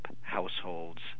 households